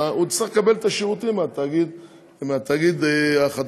אלא הוא יצטרך לקבל את השירותים מתאגיד כאן.